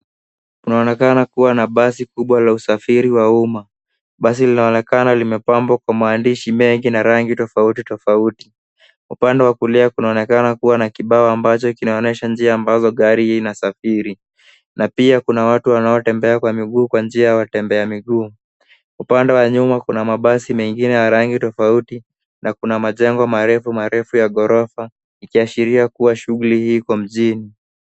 Kunaonekana kuwa na basi kubwa la usafiri wa umma. Bai linaonekana limepambwa kwa maandishi mengi na rangi tofuatitofauti. Upande wa kulia kunaonekana kuwa na kibao ambazo kinaonyesha njia ambazo gari hii inasafiri na pia kuna watu wanaotembea kwa mguu kwa njia ya watembeamiguu. Upande wa nyuma kuna mabasi mengine ya rangi tofauti na kuna majengo marefu marefu ya ghorofa ikiashiria kuwa shughuli hii iko mjini.